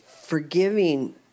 Forgiving